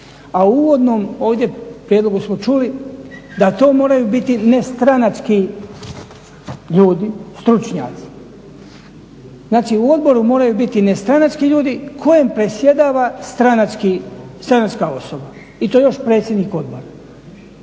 A u uvodnom ovdje prijedlogu smo čuli da to moraju biti nestranački ljudi, stručnjaci. Znači, u odboru moraju biti nestranački ljudi kojem predsjedava stranačka osoba i to još predsjednik odbora.